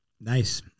Nice